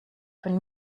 von